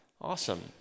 Awesome